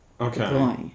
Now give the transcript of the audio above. Okay